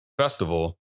festival